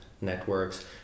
networks